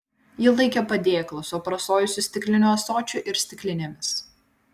ji laikė padėklą su aprasojusiu stikliniu ąsočiu ir stiklinėmis